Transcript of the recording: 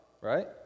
right